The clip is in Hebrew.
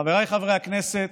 חבריי חברי הכנסת,